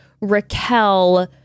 raquel